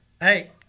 hey